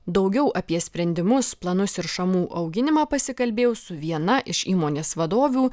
daugiau apie sprendimus planus ir šamų auginimą pasikalbėjau su viena iš įmonės vadovių